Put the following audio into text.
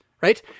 right